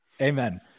Amen